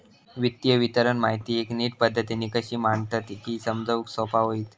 वित्तीय विवरण माहिती एक नीट पद्धतीन अशी मांडतत की समजूक सोपा होईत